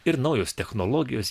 ir naujos technologijos